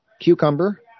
cucumber